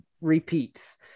repeats